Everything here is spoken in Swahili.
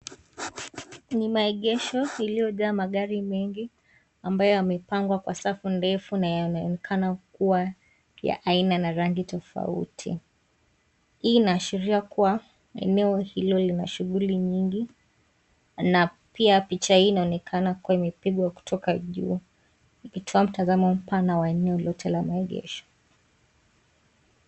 NI maegesho iliyojaa magari mengi ambayo yamepangwa kwa safu ndefu na yanaonakana kwa ya aina na rangi tofauti hii inaashiria kuwa eneo hilo lina shuguli mingi na pia picha hii inaonekana kuwa imepigwa kutoka juu ikitoa mtazamo mpana wa eneo lote la maegesho.